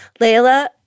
Layla